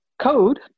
code